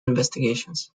investigations